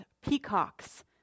peacocks